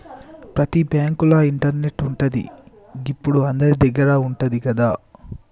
ప్రతి బాంకుల ఇంటర్నెటు ఉంటది, గిప్పుడు అందరిదగ్గర ఉంటంది గదా